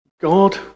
God